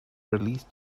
release